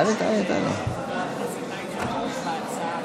אדוני יושב-ראש הישיבה,